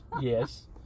yes